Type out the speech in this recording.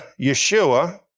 Yeshua